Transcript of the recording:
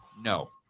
no